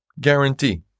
guarantee